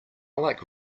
like